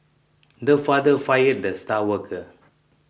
the father fired the star worker